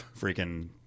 freaking